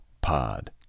pod